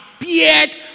appeared